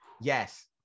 Yes